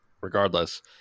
regardless